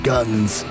Guns